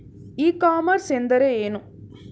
E commerce ಎಂದರೆ ಏನು?